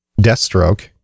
Deathstroke